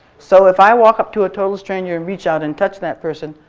so if i walk up to a total stranger and reach out and touch that person,